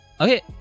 okay